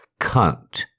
cunt